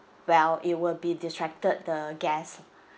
well it will be distracted the guest